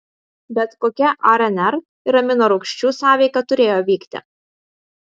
bet kokia rnr ir aminorūgščių sąveika turėjo vykti